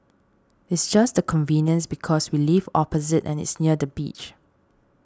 it's just the convenience because we live opposite and it's near the beach